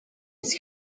his